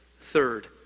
Third